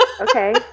Okay